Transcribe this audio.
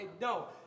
No